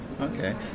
okay